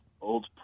old